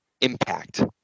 Impact